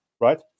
right